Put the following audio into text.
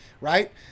right